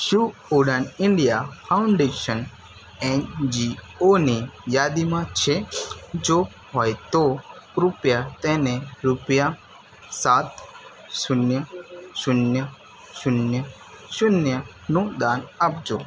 શું Udan India Foundation એનજીઓની યાદીમાં છે જો હોય તો કૃપયા તેને રૂપિયા સાત શૂન્ય શૂન્ય શૂન્ય શૂન્યનું દાન આપજો